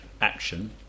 action